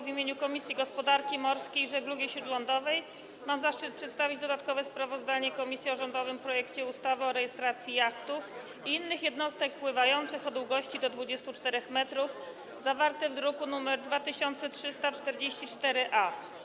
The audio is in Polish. W imieniu Komisji Gospodarki Morskiej i Żeglugi Śródlądowej mam zaszczyt przedstawić dodatkowe sprawozdanie komisji o rządowym projekcie ustawy o rejestracji jachtów i innych jednostek pływających o długości do 24 m zawarte w druku nr 2344-A.